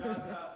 את זה אל תעשי,